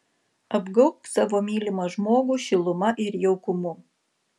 apgaubk savo mylimą žmogų šiluma ir jaukumu